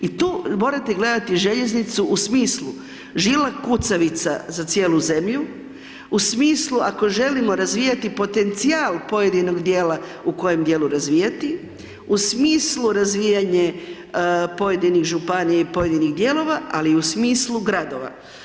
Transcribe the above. I tu morate gledati željeznicu u smislu žila kucavica za cijelu zemlju, u smislu ako želimo razvijati potencijal pojedinog dijela u kojem dijelu razvijati, u smislu razvijanje pojedinih županija i pojedinih dijelova ali i u smislu gradova.